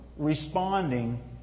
Responding